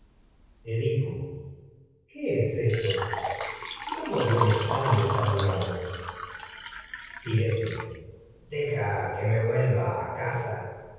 edipo qué es eso cómo vienes tan desanimado que me tiresias deja vuelva a casa